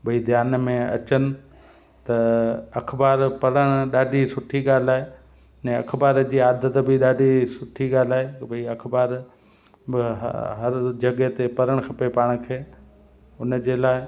भई ध्यान में अचनि त अख़बार पढ़णु ॾाढी सुठी ॻाल्हि आहे अने अख़बार जी आदत बि ॾाढी सुठी ॻाल्हि आहे की भई अख़बार भई हर जॻहि ते पढ़णु खपे पाण खे उन जे लाइ